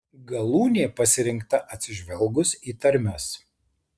galūnė pasirinkta atsižvelgus į tarmes